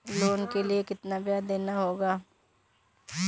Loan के लिए कितना ब्याज देना होगा?